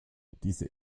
diese